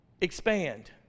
expand